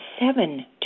seven